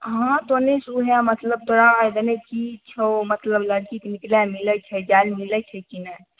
हँ तोनी सऽ वएह मतलब तोरा आर दने की छौ मतलब लड़कीके जाय लै मिलै छै जाय लै मिलै छै की नहि